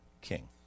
king